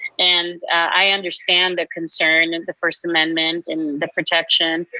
and i understand the concern of the first amendment and the protection,